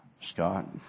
Scott